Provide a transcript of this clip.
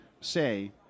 say